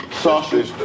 Sausage